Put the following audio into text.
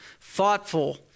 thoughtful